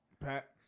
Pat